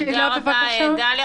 תודה רבה, דליה.